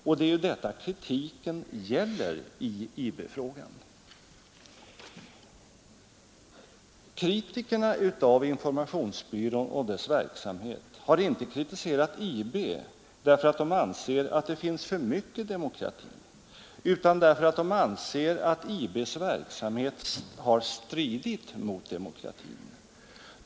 Och det är ju detta kritiken gäller i IB-frågan. Kritikerna av informationsbyrån och dess verksamhet har inte kritiserat IB därför att de anser att det finns för mycket demokrati utan därför att de anser att IBs verksamhet har stridit mot demokratin.